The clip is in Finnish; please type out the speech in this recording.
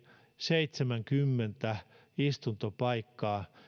seitsemänkymmentä istuntopaikkaa